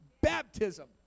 baptism